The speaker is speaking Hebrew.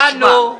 הבנו.